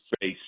face